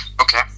Okay